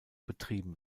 betrieben